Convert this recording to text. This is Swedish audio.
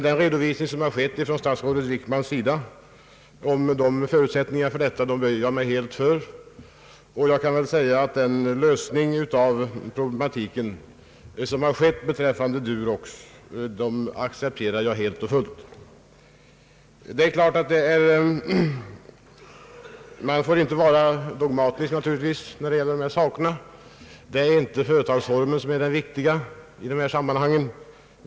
Men jag böjer mig helt för den redovisning som statsrådet Wickman lämnat om de förutsättningar som funnits. Den lösning av problemen som skett beträffande Durox accepterar jag helt och fullt. Man får naturligtvis inte vara dogmatisk när det gäller dessa ting. Det är inte företagsformen som är det viktigaste i denna fråga.